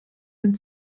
den